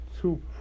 two